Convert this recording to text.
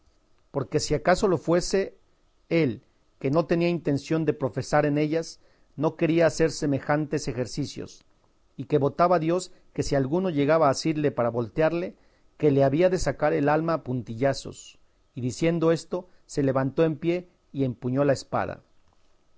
porque si acaso lo fuese él que no tenía intención de profesar en ellas no quería hacer semejantes ejercicios y que votaba a dios que si alguno llegaba a asirle para voltearle que le había de sacar el alma a puntillazos y diciendo esto se levantó en pie y empuñó la espada